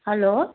hello